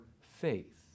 faith